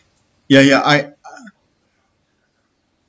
ya ya I